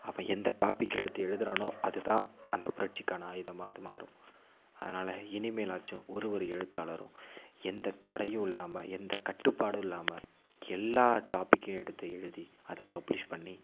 அவன் எந்த டாபிக் எடுத்து எழுதுகிறானோ அது தான் அந்த புரட்சிக்கான ஆயுதமாக அது மாறும் அதனால் இனிமேலாச்சும் ஒரு ஒரு எழுத்தாளரும் எந்த தடையும் இல்லாமல் எந்த கட்டுப்பாடும் இல்லாமல் எல்லா டாப்பிக்கையும் எடுத்து எழுதி அதை பப்லிஷ் பண்ணி